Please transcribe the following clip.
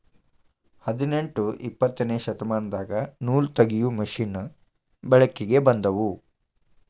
ಹದನೆಂಟ ಇಪ್ಪತ್ತನೆ ಶತಮಾನದಾಗ ನೂಲತಗಿಯು ಮಿಷನ್ ಬೆಳಕಿಗೆ ಬಂದುವ